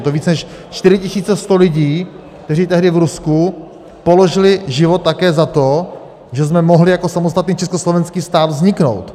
Je to více než 4 100 lidí, kteří tehdy v Rusku položili život také za to, že jsme mohli jako samostatný československý stát vzniknout.